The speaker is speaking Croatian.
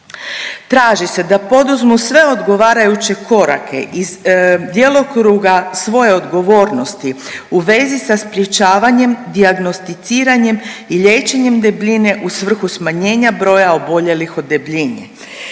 traži se da poduzmu sve odgovarajuće korake iz djelokruga svoje odgovornosti u vezi sa sprječavanjem, dijagnosticiranjem i liječenjem debljine u svrhu smanjenja broja oboljelih od debljine,